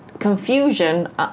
confusion